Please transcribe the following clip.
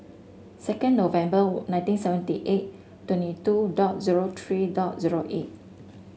second November nineteen seventy eight twenty two dot zero three dot zero eight